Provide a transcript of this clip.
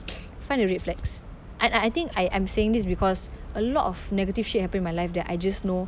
find the red flags I I I think I'm I'm saying this because a lot of negative shit happened in my life that I just know